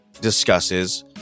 discusses